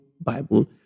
bible